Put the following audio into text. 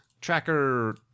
tracker